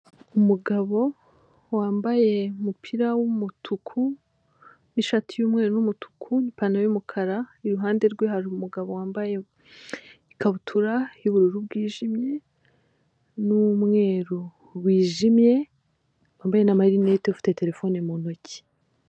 Umugabo wambaye umupira w'umutuku n'ishati y'umweru n'umutuku n'ipantaro y'umukara, iruhande rwe hari umugabo wambaye ikabutura y'ubururu bwijimye n'umweru wijimye wambaye n'amarinete ufite terefone mu ntoki.